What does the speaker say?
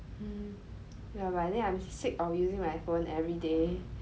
hmm ya but I think I'm sick of using my phone every day